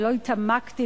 ולא התעמקתי,